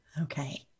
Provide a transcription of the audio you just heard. Okay